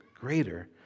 greater